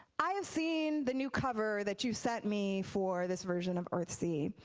i have seen the new cover that you sent me for this version of earthsea,